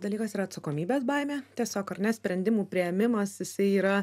dalykas ir atsakomybės baimė tiesiog ar ne sprendimų priėmimas jisai yra